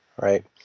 Right